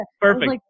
perfect